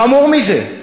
חמור מזה,